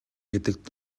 гэдэг